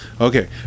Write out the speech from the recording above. okay